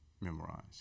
memorize